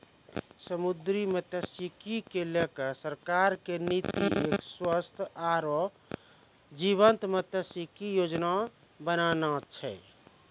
समुद्री मत्सयिकी क लैकॅ सरकार के नीति एक स्वस्थ आरो जीवंत मत्सयिकी योजना बनाना छै